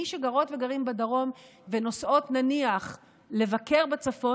מי שגרות וגרים בדרום ונוסעות נניח לבקר בצפון,